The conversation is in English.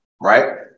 Right